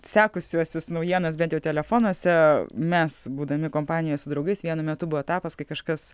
sekusiuosius naujienas bent jau telefonuose mes būdami kompanijoj su draugais vienu metu buvo etapas kai kažkas